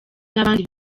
n’abandi